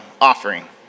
offering